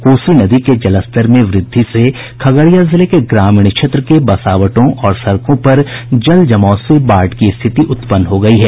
कोसी नदी के जलस्तर में वृद्धि से खगड़िया जिले के ग्रामीण क्षेत्र के बसावटों और सड़कों पर जल जमाव से बाढ़ की स्थिति उत्पन्न हो गयी है